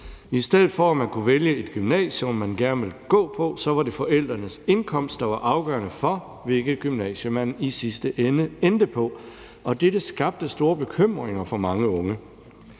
I stedet for at man kunne vælge et gymnasium, man gerne ville gå på, var det forældrenes indkomst, der var afgørende for, hvilket gymnasium man i sidste ende endte på, og dette skabte store bekymringer for mange unge.